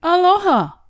aloha